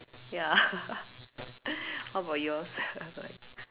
ya what about yours